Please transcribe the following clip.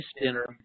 dinner